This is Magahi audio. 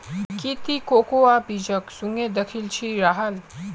की ती कोकोआ बीजक सुंघे दखिल छि राहल